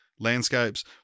landscapes